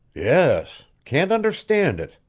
yes. can't understand it,